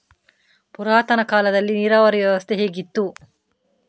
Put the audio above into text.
ಪುರಾತನ ಕಾಲದಲ್ಲಿ ನೀರಾವರಿ ವ್ಯವಸ್ಥೆ ಹೇಗಿತ್ತು?